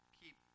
keep